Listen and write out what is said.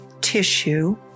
tissue